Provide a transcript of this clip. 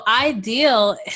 ideal